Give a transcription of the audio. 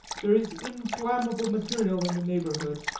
there is inflammable material in the neighborhood.